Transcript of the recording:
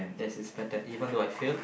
yes it's better even though I failed